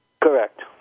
Correct